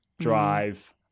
drive